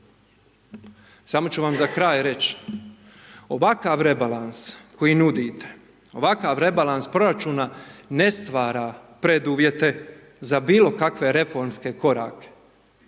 Samo ću vam za kraj reći, ovakav rebalans koji nudite, ovakav rebalans proračuna ne stvara preduvjete za bilo kakve reformske korake,